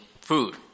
food